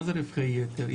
מה זה רווחי יתר?